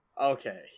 okay